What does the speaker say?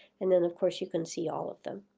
and then of course you can see all of them.